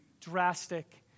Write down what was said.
drastic